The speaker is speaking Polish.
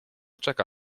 czeka